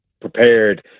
prepared